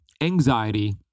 anxiety